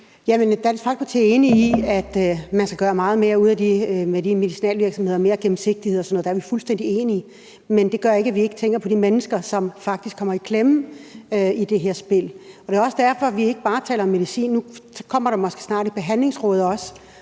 Folkeparti er enig i, at man skal gøre meget mere ud af det med de medicinalvirksomheder, skabe mere gennemsigtighed og sådan noget. Der er vi fuldstændig enige. Men det gør ikke, at vi ikke tænker på de mennesker, som faktisk kommer i klemme i det her spil. Det er jo også derfor, vi ikke bare taler om medicin; nu kommer der måske også snart et behandlingsråd.